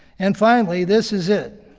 and finally, this is it,